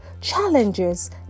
challenges